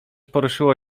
poruszyło